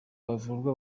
bavurwa